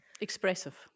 expressive